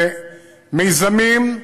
במיזמים,